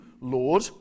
Lord